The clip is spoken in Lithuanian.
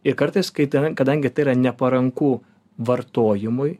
ir kartais kai tave kadangi tai yra neparanku vartojimui